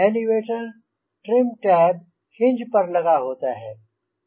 elevator trim tab hinge पर लगा होता है